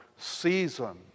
season